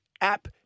app